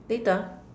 later